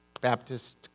Baptist